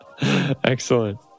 Excellent